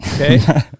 Okay